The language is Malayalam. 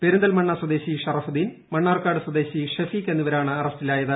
പെരിന്തൽമണ്ണ സ്വദേശി ഷറഫുദ്ദീൻ മണ്ണാർക്കാട് സ്വദേശി ഷെഫീഖ് എന്നിവരാണ് അറസ്റ്റിലായത്